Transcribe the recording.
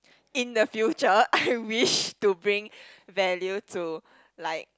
in the future I wish to bring value to like